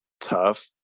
tough